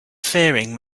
faring